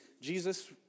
Jesus